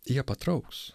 jie patrauks